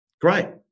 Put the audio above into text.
Great